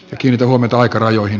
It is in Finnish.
kiinnitän huomiota aikarajoihin